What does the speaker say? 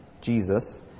Jesus